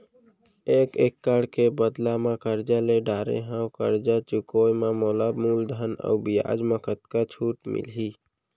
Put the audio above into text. एक एक्कड़ के बदला म करजा ले डारे हव, करजा चुकाए म मोला मूलधन अऊ बियाज म कतका छूट मिलही?